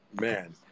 man